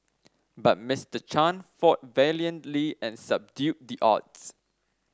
but Mister Chan fought valiantly and subdued the odds